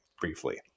briefly